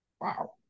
Wow